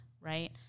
right